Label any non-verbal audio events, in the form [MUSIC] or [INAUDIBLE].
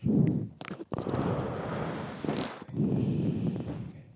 [BREATH]